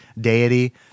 deity